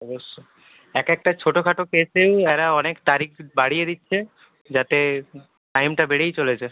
অবশ্যই এক একটা ছোটোখাটো কেসে এরা অনেক তারিখ বাড়িয়ে দিচ্ছে যাতে টাইমটা বেড়েই চলেছে